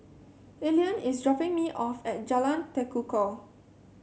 Elian is dropping me off at Jalan Tekukor